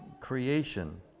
Creation